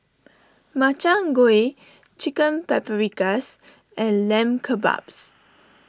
Makchang Gui Chicken Paprikas and Lamb Kebabs